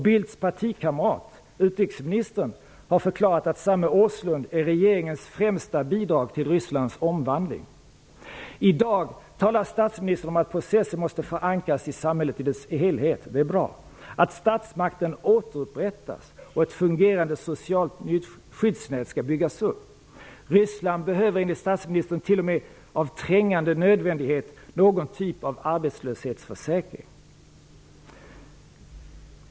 Bildts partikamrat, utrikesministern, har förklarat att samme Åslund är regeringens främsta bidrag till Rysslands omvandling. I dag talar statsministern om att processen måste förankras i samhället i dess helhet -- det är bra --, att statsmakten skall återupprättas och att ett fungerande socialt skyddsnät skall byggas upp. Ryssland behöver, enligt statsministern, t.o.m. av ''trängande nödvändighet -- någon typ av arbetslöshetsförsäkring''.